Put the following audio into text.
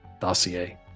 dossier